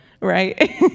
right